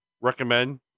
recommend